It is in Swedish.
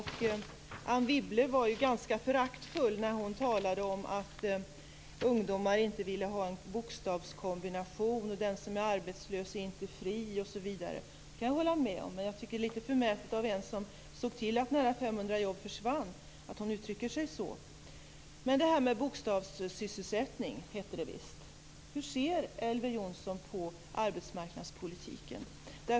Hon var ganska föraktfull när hon talade om att ungdomar inte vill ha en bokstavskombination, att den som är arbetslös inte är fri osv. Det kan jag hålla med om. Men jag tycker att det är litet förmätet av en som såg till att nära 500 000 jobb försvann att uttrycka sig så. Bokstavssysselsättning, hette det visst. Hur ser Elver Jonsson på arbetsmarknadspolitiken?